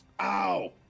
Ow